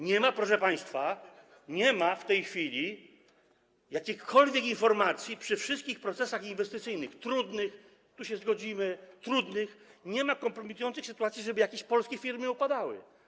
Nie ma, proszę państwa, w tej chwili jakiejkolwiek informacji, przy wszystkich trudnych procesach inwestycyjnych, tu się zgodzimy, trudnych, nie ma kompromitujących sytuacji, żeby jakieś polskie firmy upadły.